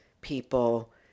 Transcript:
people